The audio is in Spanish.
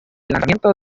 lanzamiento